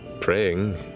praying